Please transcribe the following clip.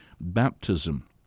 baptism